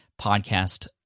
podcast